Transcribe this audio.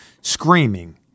screaming